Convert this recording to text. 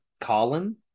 Colin